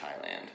Thailand